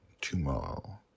tomorrow